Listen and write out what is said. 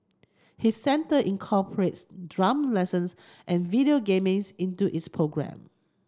his centre incorporates drum lessons and video gamings into its programme